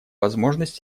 возможность